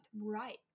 Right